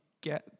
get